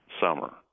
summer